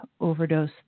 overdose